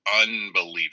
unbelievable